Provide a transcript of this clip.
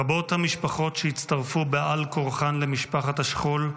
רבות המשפחות שהצטרפו בעל כורחן למשפחת השכול,